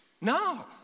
No